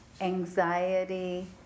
anxiety